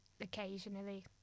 occasionally